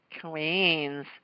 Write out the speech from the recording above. Queens